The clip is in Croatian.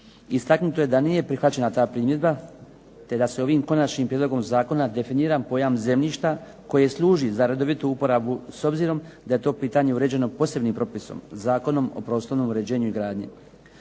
istaknuto je da nije prihvaćena ta primjedba te da se ovim Konačnim prijedlogom zakona definira pojam zemljišta koje služi za redovitu uporabu s primjedbom da je to pitanje uređeno posebnim propisom Zakonom o prostornom uređenju i gradnji.